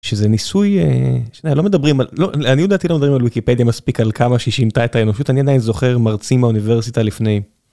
שזה ניסוי לעניות דעתי לא מדברים על ויקיפדיה מספיק על כמה שהיא שינתה את האנושות אני זוכר מרצים האוניברסיטה לפני.